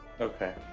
Okay